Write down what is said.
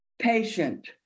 patient